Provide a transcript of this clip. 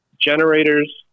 Generators